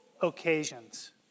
occasions